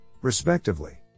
respectively